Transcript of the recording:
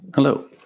Hello